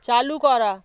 চালু করা